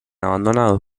abandonados